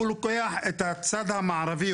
הוא לוקח את הצד המערבי.